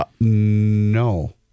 No